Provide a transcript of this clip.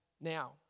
now